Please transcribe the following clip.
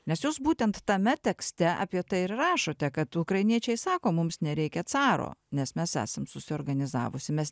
nes jūs būtent tame tekste apie tai ir rašote kad ukrainiečiai sako mums nereikia caro nes mes esam susiorganizavusi mes